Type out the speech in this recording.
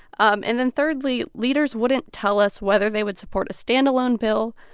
um and then thirdly, leaders wouldn't tell us whether they would support a stand-alone bill,